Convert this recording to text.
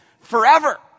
forever